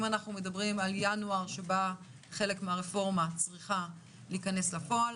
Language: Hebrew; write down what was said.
אם אנחנו מדברים על ינואר שבה חלק מהרפורמה צריכה להיכנס לפועל,